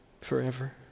forever